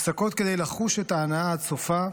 הפסקות כדי לחוש את ההנאה עד סופה,